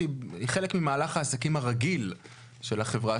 שהיא חלק ממהלך העסקים הרגיל של החברה,